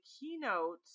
keynote